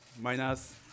Minus